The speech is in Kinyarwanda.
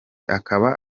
akaba